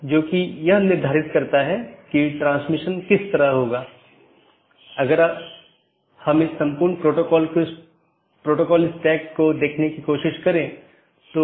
इसलिए मैं एकल प्रविष्टि में आकस्मिक रूटिंग विज्ञापन कर सकता हूं और ऐसा करने में यह मूल रूप से स्केल करने में मदद करता है